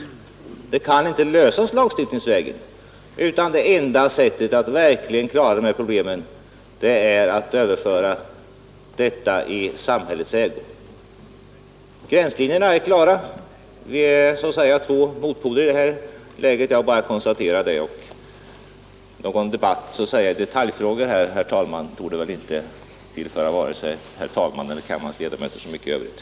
Problemen kan enligt hennes mening inte lösas lagstiftningsvägen, utan det enda sättet att verkligen klara dem är att överföra marken i samhällets ägo. Gränslinjerna är klara. Jag bara konstaterar att vi så att säga utgör två motpoler. Någon debatt i detaljfrågor, herr talman, torde inte ge vare sig herr talmannen eller kammarens övriga ledamöter så mycket.